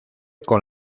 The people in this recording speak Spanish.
con